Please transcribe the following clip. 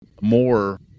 more